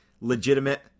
legitimate